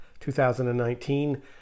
2019